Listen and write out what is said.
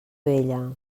vella